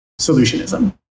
solutionism